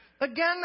Again